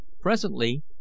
Presently